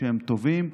שהם טובים,